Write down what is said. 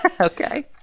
Okay